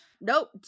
nope